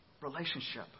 relationship